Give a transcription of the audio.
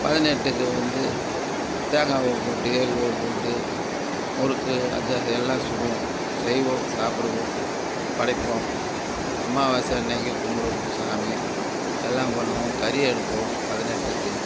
பதினெட்டுக்கு வந்து தேங்காயை போட்டு எள்ளு போட்டு முறுக்கு அதிரசம் எல்லாம் சுடுவோம் செய்வோம் சாப்பிடுவோம் படைப்போம் அமாவாசை அன்னைக்கு கும்பிடுவோம் சாமி எல்லாம் பண்ணுவோம் கறி எடுப்போம் பதினெட்டுக்கு